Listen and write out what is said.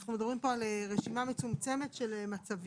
אנחנו מדברים פה על רשימה מצומצמת של מצבים,